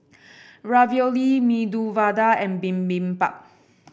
Ravioli Medu Vada and Bibimbap